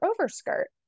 overskirt